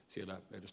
siellä ed